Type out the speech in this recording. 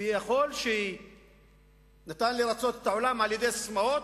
ויכול להיות שאפשר לרצות את העולם בססמאות,